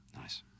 Nice